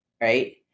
right